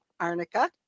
Arnica